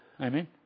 Amen